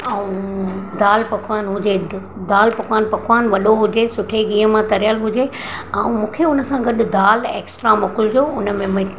ऐं दाल पकवान हुजे दाल पकवान पकवान वॾो हुजे सुठी गिह में तरियल हुजे ऐं मूंखे हुन सां गॾु दाल ऐक्स्ट्रा मोकिलिजो हुन में